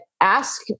ask